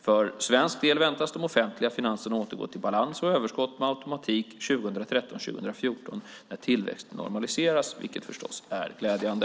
För svensk del väntas de offentliga finanserna återgå till balans och överskott med automatik 2013/14 när tillväxten normaliseras, vilket förstås är glädjande.